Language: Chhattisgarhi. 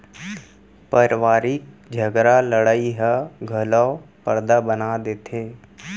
परवारिक झगरा लड़ई ह घलौ परदा बना देथे